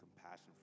compassion